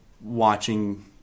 watching